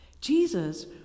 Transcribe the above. Jesus